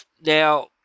Now